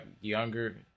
younger